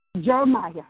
Jeremiah